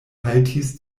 haltis